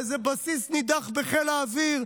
באיזה בסיס נידח בחיל האוויר,